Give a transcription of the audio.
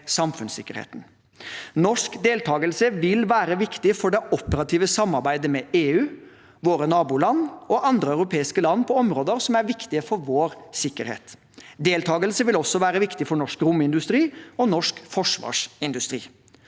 samfunnssikkerheten. Norsk deltakelse vil være viktig for det operative samarbeidet med EU, våre naboland og andre europeiske land på områder som er viktige for vår sikkerhet. Deltakelse vil også være viktig for norsk romindustri og norsk forsvarsindustri.